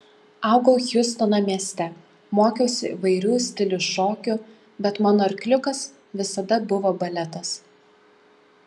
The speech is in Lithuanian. augau hjustono mieste mokiausi įvairių stilių šokių bet mano arkliukas visada buvo baletas